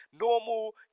normal